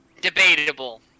Debatable